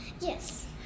Yes